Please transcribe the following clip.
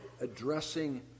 addressing